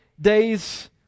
days